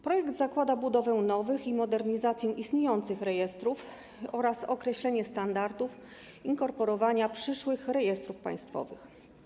Projekt zakłada budowę nowych i modernizację istniejących rejestrów oraz określenie standardów inkorporowania przyszłych rejestrów państwowych.